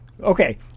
okay